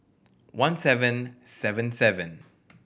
one seven seven seven